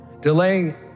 Delaying